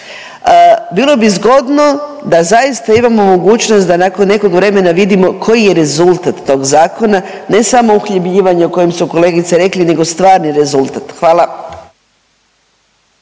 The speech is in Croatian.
Bilo bi zgodno da zaista imamo mogućnost da nakon nekog vremena vidimo koji je rezultat tog zakona, ne samo uhljebljivanje o kojem su kolegice rekli nego stvari rezultat, hvala.